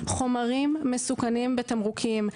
חומרים מסוכנים בתמרוקים.